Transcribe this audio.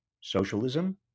socialism